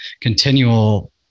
continual